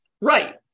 Right